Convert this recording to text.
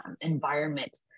environment